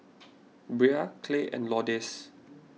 Bria Clay and Lourdes